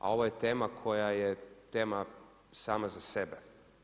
A ovo je tema koja je tema sama za sebe.